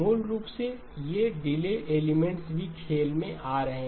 मूल रूप से ये डिले एलिमेंट्स भी खेल में आ रहे हैं